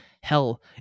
hell